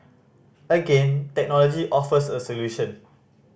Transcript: again technology offers a solution